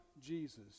jesus